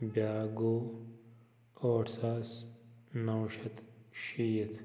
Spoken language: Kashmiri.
بیٛاکھ گوٚو ٲٹھ ساس نَو شَتھ شیٖتھ